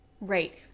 Right